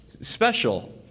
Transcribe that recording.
special